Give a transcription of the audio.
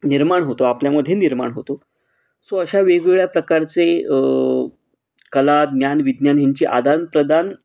निर्माण होतो आपल्यामध्ये निर्माण होतो सो अशा वेगवेगळ्या प्रकारचे कला ज्ञान विज्ञान ह्यांची आदानप्रदान